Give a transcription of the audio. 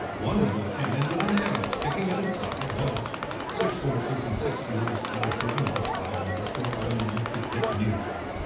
one mule came in with an arrow sticking in its side while six horses and six mules were driven off by them before our men could get near to them.